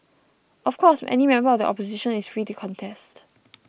of course any member of the Opposition is free to contest